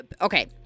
okay